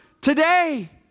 today